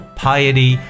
piety